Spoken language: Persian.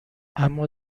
اما